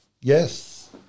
Yes